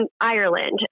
Ireland